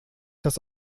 das